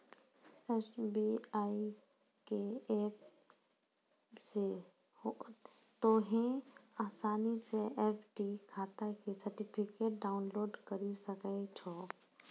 SBI के app से तोंहें असानी से एफ.डी खाता के सर्टिफिकेट डाउनलोड करि सकै छो